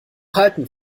halten